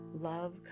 love